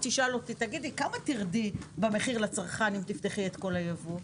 תשאל אותי: כמה תרדי במחיר לצרכן אם תפתחי את כל הייבוא?